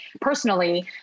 personally